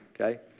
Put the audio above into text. okay